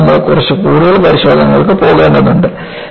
അതിനാൽ നമ്മൾ കുറച്ച് കൂടുതൽ പരിശോധനകൾക്ക് പോകേണ്ടതുണ്ട്